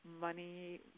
money